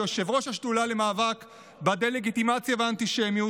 כיושב-ראש השדולה למאבק בדה-לגיטימציה והאנטישמיות,